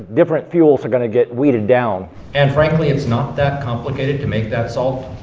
different fuels are gonna get weeded down and frankly it's not that complicated to make that salt.